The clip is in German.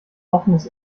offenes